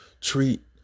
treat